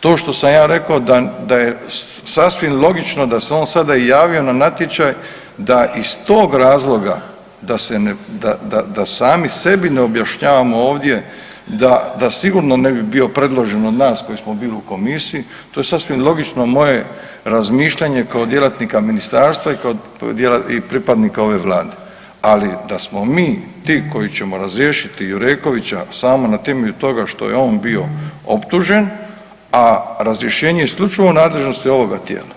To što sam ja rekao da je sasvim logično da se on sada i javio na natječaj da iz tog razloga, da se, da sami sebi ne objašnjavamo ovdje da sigurno ne bi bio predložen od nas koji smo bili u komisiji to je sasvim logično moje razmišljanje kao djelatnika ministarstva i pripadnika ove vlade, ali da smo mi ti koji ćemo razriješiti Jurekovića samo na temelju toga što je on bio optužen, a razrješenje je isključivo u nadležnosti ovoga tijela,